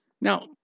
Now